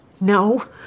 No